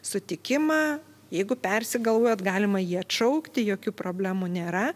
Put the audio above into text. sutikimą jeigu persigalvojot galima jį atšaukti jokių problemų nėra